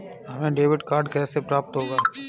हमें debit card कैसे प्राप्त होगा?